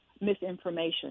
misinformation